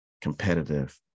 competitive